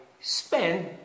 spend